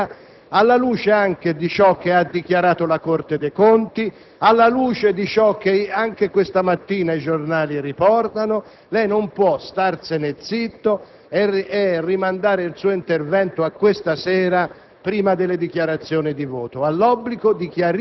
di chiarire qual è la situazione vera, anche alla luce di ciò che ha dichiarato la Corte dei conti e di ciò che questa mattina anche i giornali riportano. Lei non può starsene zitto e rimandare il suo intervento a questa sera